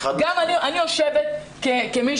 אני יושבת כמי